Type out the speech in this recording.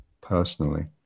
personally